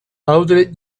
audrey